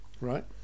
Right